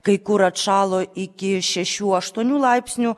kai kur atšalo iki šešių aštuonių laipsnių